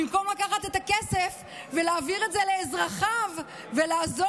במקום לקחת את הכסף ולהעביר את זה לאזרחיו ולעזור,